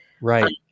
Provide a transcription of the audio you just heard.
Right